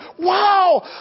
wow